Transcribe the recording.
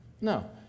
No